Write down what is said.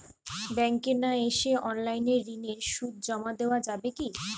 ব্যাংকে না এসে অনলাইনে ঋণের সুদ জমা দেওয়া যাবে কি?